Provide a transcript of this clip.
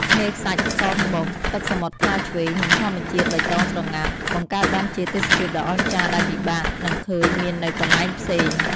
ឆ្នេរខ្សាច់សក្បុស ទឹកសមុទ្រថ្លាឆ្វេង និងធម្មជាតិបៃតងស្រងាត់ បង្កើតបានជាទេសភាពដ៏អស្ចារ្យដែលពិបាកនឹងឃើញមាននៅកន្លែងផ្សេង។